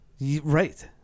Right